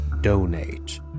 donate